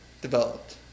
developed